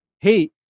Hey